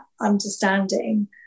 understanding